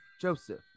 Joseph